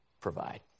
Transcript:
provide